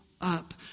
up